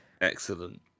Excellent